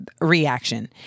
reaction